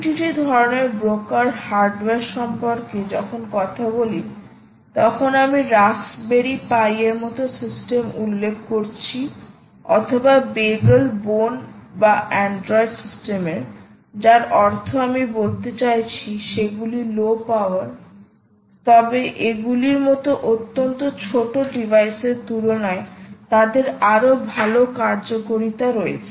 MQTT ধরণের broker hardware সম্পর্কে যখন কথা বলি তখন আমি রাস্পবেরি পাই এর মতো সিস্টেম উল্লেখ করছি অথবা বিগল বোন বা অ্যান্ড্রয়েড সিস্টেম যার অর্থ আমি বলতে চাইছি সেগুলি লো পাওয়ার তবে এগুলির মতো অত্যন্ত ছোট ডিভাইসের তুলনায় তাদের আরও ভাল কার্যকারিতা রয়েছে